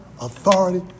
authority